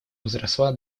возросла